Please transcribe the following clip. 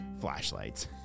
flashlights